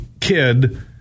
kid